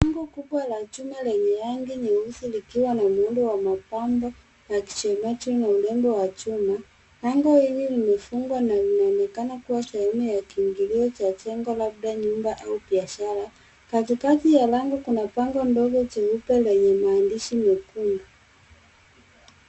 Lango kubwa la chuma lenye rangi nyeusi likiwa na muundo wa mapambo na kiendacho na urembo wa chuma. Lango hili limefungwa na linaonekana kuwa sehemu ya kiingilio cha jengo labda nyumba au biashara. Katikati ya lango kuna bango ndogo jeupe lenye maandishi mekundu.